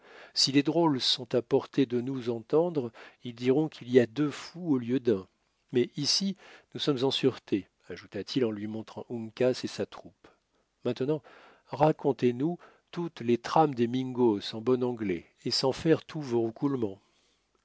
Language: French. si les drôles sont à portée de nous entendre ils diront qu'il y a deux fous au lieu d'un mais ici nous sommes en sûreté ajouta-t-il en lui montrant uncas et sa troupe maintenant racontez-nous toutes les trames des mingos en bon anglais et sans faire tous